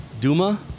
Duma